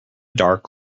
dark